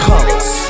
Colors